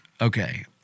okay